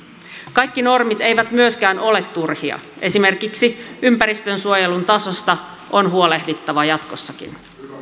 kaikki normit eivät myöskään ole turhia esimerkiksi ympäristönsuojelun tasosta on huolehdittava jatkossakin